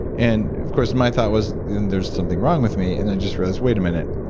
and of course, my thought was then there's something wrong with me. and i just realized, wait a minute,